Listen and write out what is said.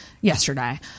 yesterday